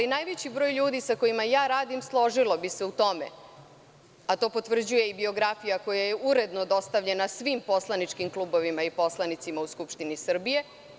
Najveći broj ljudi sa kojima ja radim složilo bi se u tome, a to potvrđuje i biografija koja je uredno dostavljena svim poslaničkim klubovima i poslanicima u Skupštini Srbije.